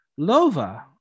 Lova